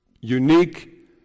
unique